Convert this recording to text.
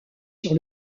sur